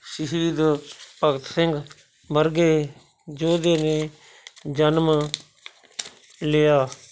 ਸ਼ਹੀਦ ਭਗਤ ਸਿੰਘ ਵਰਗੇ ਯੋਧੇ ਨੇ ਜਨਮ ਲਿਆ